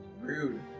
Rude